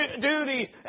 duties